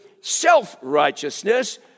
self-righteousness